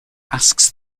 asks